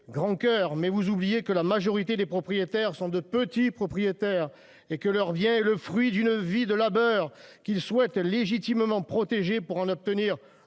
grand coeur mais vous oubliez que la majorité des propriétaires sont de petits propriétaires et que leur vient est le fruit d'une vie de labeur qu'souhaitent légitimement protéger pour en obtenir